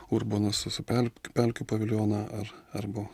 urboną su su pel pelkių paviljoną ar arba